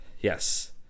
Yes